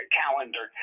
calendar